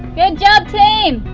good job team!